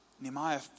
Nehemiah